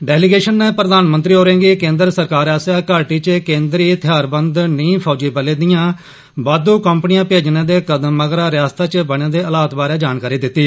delegation नै प्रधानमंत्री होरें'गी केन्द्र सरकार आसेआ घाटी च केन्द्री थेहारबंद नीम फौजी बलें दिआं बाद्धू कंपनियां भेजने दे कदम मगरा रिआसत च बने दे हालात बारै जानकारी दित्ती